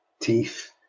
teeth